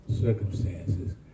circumstances